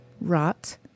Rot